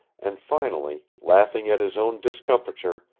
and finally, laughing at his own discomfiture,